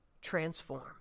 transform